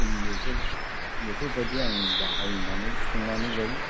ओं बेफोरबायदि आं बाहायनानै आं संनानै जायो